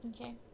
Okay